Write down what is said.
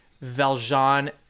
Valjean